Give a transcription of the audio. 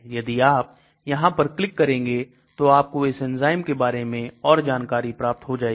यदि आप यहां पर क्लिक करेंगे तो आपको इस एंजाइम के बारे में और जानकारी प्राप्त हो जाएगी